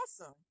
awesome